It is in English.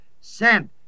sent